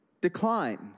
decline